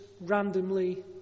randomly